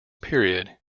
period